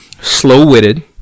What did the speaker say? Slow-witted